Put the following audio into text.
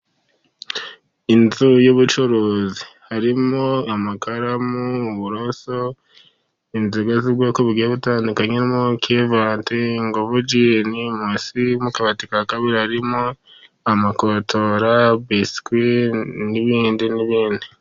Inzu y'ubucuruzi . Harimo amakaramu ,uburoso inzoga z'ubwoko bugiye butandukanye ,kevanti ,ngovu jini, mosi. Mu kabati ka kabiri harimo ,amakotora ,biswi n'ibindi n'ibindi.